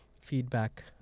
feedback